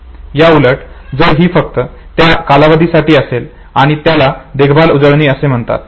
याउलट जर ही फक्त त्या विशिष्ट कालावधीसाठी असेल तर त्याला देखभाल उजळणी असे म्हणतात